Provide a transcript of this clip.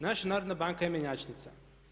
Naša narodna banka je mjenjačnica.